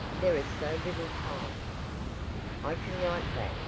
there is so little time i can write that,